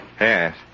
Yes